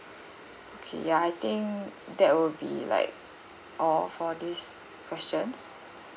okay ya I think that will be like all for these questions